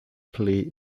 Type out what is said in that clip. play